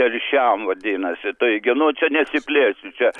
telšiam vadinasi taigu nu čia nesiplėsiu čia